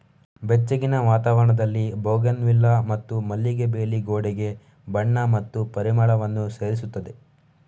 ಬೆಚ್ಚಗಿನ ವಾತಾವರಣದಲ್ಲಿ ಬೌಗೆನ್ವಿಲ್ಲಾ ಮತ್ತು ಮಲ್ಲಿಗೆ ಬೇಲಿ ಗೋಡೆಗೆ ಬಣ್ಣ ಮತ್ತು ಪರಿಮಳವನ್ನು ಸೇರಿಸುತ್ತದೆ